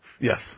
Yes